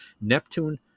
Neptune